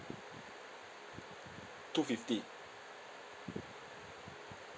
two fifty